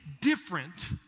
different